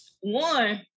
One